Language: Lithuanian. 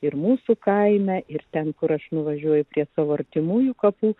ir mūsų kaime ir ten kur aš nuvažiuoju prie savo artimųjų kapų